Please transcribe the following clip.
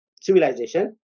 civilization